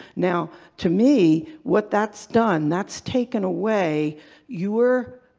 now to me what that's done, that's taken away your.